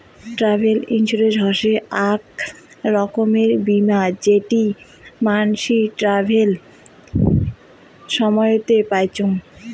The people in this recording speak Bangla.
ট্রাভেল ইন্সুরেন্স হসে আক রকমের বীমা যেটি মানসি ট্রাভেলের সময়তে পাইচুঙ